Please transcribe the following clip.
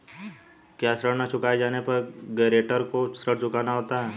क्या ऋण न चुकाए जाने पर गरेंटर को ऋण चुकाना होता है?